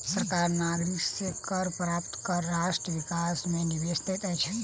सरकार नागरिक से कर प्राप्त कय राष्ट्र विकास मे निवेश दैत अछि